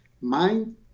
Mind